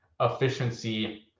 efficiency